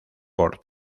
por